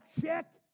check